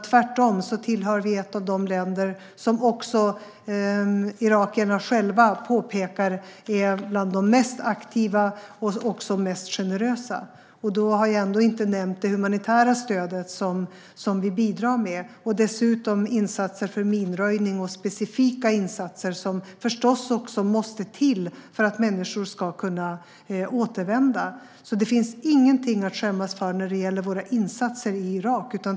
Tvärtom är Sverige, vilket också irakierna själva påpekar, ett av de länder som är mest aktiva och även mest generösa. Då har jag ändå inte nämnt det humanitära stöd som vi bidrar med. Sverige gör dessutom insatser för minröjning och specifika insatser som förstås också måste till för att människor ska kunna återvända. Det finns alltså ingenting att skämmas för när det gäller våra insatser i Irak.